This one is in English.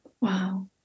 Wow